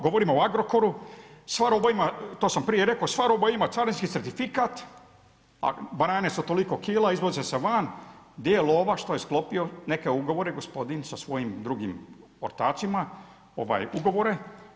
Govorimo o Agrokoru, sva roba to sam prije rekao, sva roba ima carinski certifikat, a banane su toliko kila izvoze se van, gdje je lova što je sklopio neke ugovore gospodin sa svojim drugim ortacima ugovore?